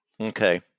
Okay